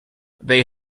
they